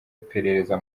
iperereza